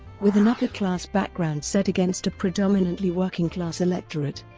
with an upper class background set against a predominantly working-class electorate,